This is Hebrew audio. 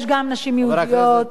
יש גם נשים יהודיות.